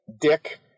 Dick